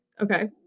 Okay